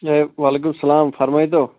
وعلیکُم السلام فرمٲیتو